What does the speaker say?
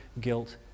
guilt